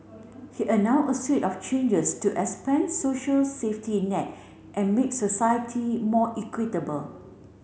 he announced a swathe of changes to expand social safety net and make society more equitable